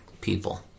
people